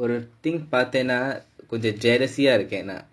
oru oru thing பார்த்தேனா கொஞ்சம்:paarthaenaa koncham jealousy ah இருக்கேன் நான்:irukkaen naan